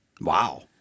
Wow